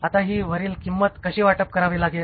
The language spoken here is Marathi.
आता ही वरील किंमत कशी वाटप करावी लागेल